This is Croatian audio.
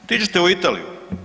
Otiđite u Italiju.